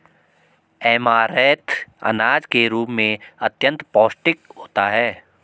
amaranth अनाज के रूप में अत्यंत पौष्टिक होता है